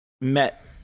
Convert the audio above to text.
met